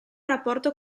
rapporto